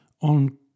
on